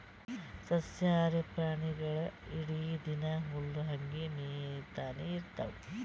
ಸಸ್ಯಾಹಾರಿ ಪ್ರಾಣಿಗೊಳ್ ಇಡೀ ದಿನಾ ಹುಲ್ಲ್ ಹಂಗೆ ಮೇಯ್ತಾನೆ ಇರ್ತವ್